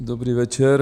Dobrý večer.